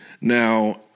Now